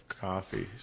coffee